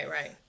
right